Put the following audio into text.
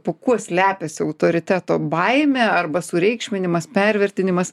po kuo slepiasi autoriteto baimė arba sureikšminimas pervertinimas